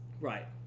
right